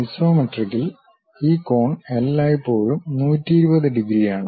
ഐസോമെട്രിക്കിൽ ഈ കോൺ എല്ലായ്പ്പോഴും 120 ഡിഗ്രിയാണ്